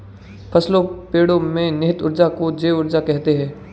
फसलों पेड़ो में निहित ऊर्जा को जैव ऊर्जा कहते हैं